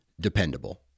dependable